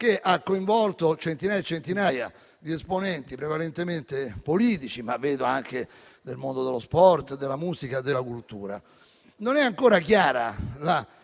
che ha coinvolto centinaia e centinaia di esponenti, prevalentemente politici, ma anche del mondo dello sport, della musica e della cultura. Non sono ancora chiara la